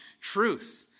truth